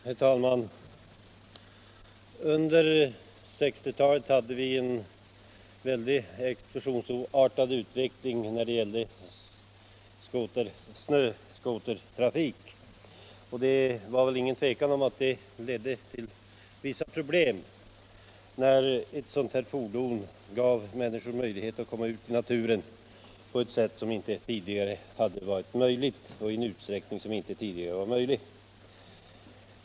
Herr talman! Under 1960-talet hade vi en explosionsartad utveckling när det gäller snöskotertrafik. Det är inget tvivel om att det ledde till vissa problem när ett sådant här fordon gav människor möjlighet att komma ut i naturen på ett sätt och i en utsträckning som inte tidigare varit möjligt.